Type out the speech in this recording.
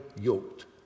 yoked